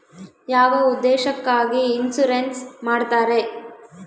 ಯಾವ ಉದ್ದೇಶಕ್ಕಾಗಿ ಇನ್ಸುರೆನ್ಸ್ ಮಾಡ್ತಾರೆ?